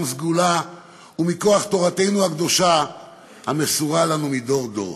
סגולה ומכוח תורתנו הקדושה המסורה לנו מדור-דור.